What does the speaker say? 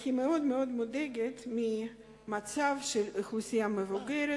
היא מודאגת מאוד מהמצב של האוכלוסייה המבוגרת